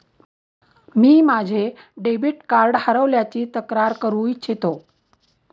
मी माझे debit card हरवल्याची तक्रार करू इच्छितो